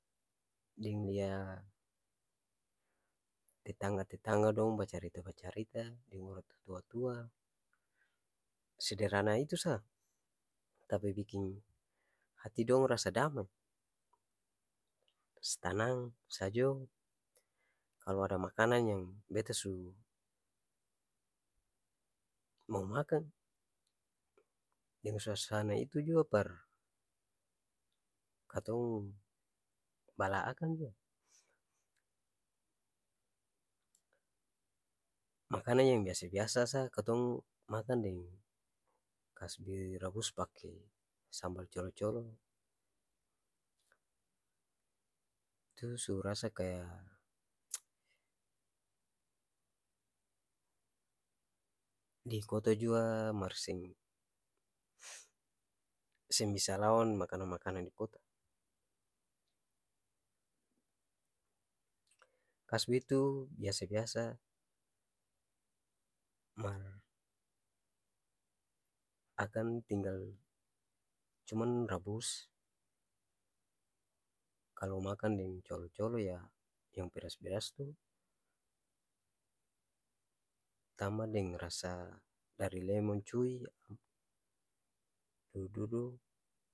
Deng lia tetangga-tetangga dong bacarita-bacarita deng orang ta tua-tua sederhana itu sa tapi biking hati dong rasa damai su tanang, sajo kalo ada makanang yang beta su mo makan deng suasana itu jua par katong bala akang jua mo, makanang yang biasa-biasa sa katong makan deng kasbi rabus pake sambal colo-colo tu su rasa kaya di kota jua mar seng seng bisa lawan makanang-makanang di kota kasbi tu biasa-biasa mar akang tinggal cuman rabus kalo makan deng colo-colo ya yang pedas-pedas tu tamba deng rasa dari lemon cui ya amp dudu-dudu.